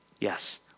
Yes